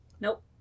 Nope